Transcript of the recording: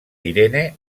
irene